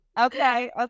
okay